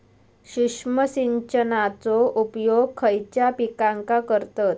सूक्ष्म सिंचनाचो उपयोग खयच्या पिकांका करतत?